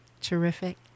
Terrific